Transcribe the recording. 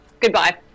goodbye